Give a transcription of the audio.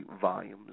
volumes